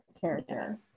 character